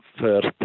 first